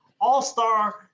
all-star